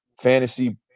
fantasy